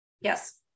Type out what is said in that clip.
Yes